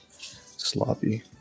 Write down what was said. Sloppy